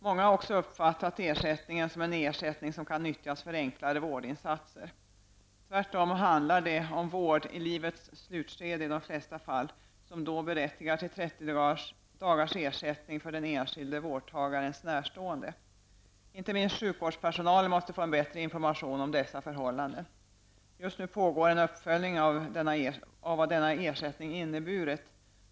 Många har också uppfattat ersättningen som en ersättning som kan nyttjas för enklare vårdinsatser. Tvärtom handlar det i de flesta fall om vård i livets slutskede, som då berättigar till 30 dagars ersättning för den enskilde vårdtagarens närstående. Inte minst sjukvårdspersonalen måste få en bättre information om dessa förhållanden. Just nu pågår en uppföljning av vad denna ersättning inneburit.